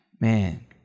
man